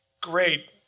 great